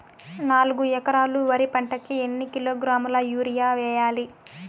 నాలుగు ఎకరాలు వరి పంటకి ఎన్ని కిలోగ్రాముల యూరియ వేయాలి?